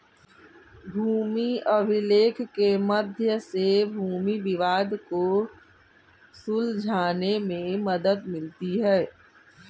भूमि अभिलेख के मध्य से भूमि विवाद को सुलझाने में मदद मिलती है